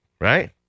right